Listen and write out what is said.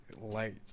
light